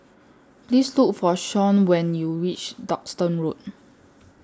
Please Look For Shon when YOU REACH Duxton Road